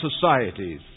societies